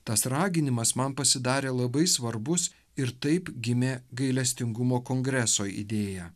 tas raginimas man pasidarė labai svarbus ir taip gimė gailestingumo kongreso idėja